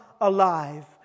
alive